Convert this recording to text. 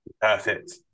Perfect